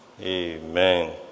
Amen